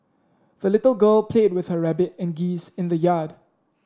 the little girl played with her rabbit and geese in the yard